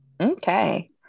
okay